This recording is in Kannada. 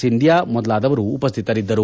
ಸಿಂಧ್ಯಾ ಮೊದಲಾದವರು ಉಪಸ್ಥಿತರಿದ್ದರು